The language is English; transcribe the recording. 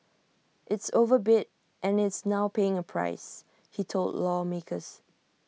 it's overbid and is now paying A price he told lawmakers